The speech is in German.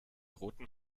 roten